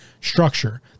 structure